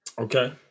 Okay